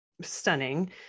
stunning